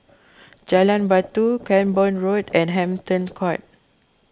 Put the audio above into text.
Jalan Batu Cranborne Road and Hampton Court